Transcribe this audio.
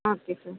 okay sir